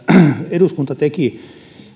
eduskunta teki